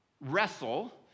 wrestle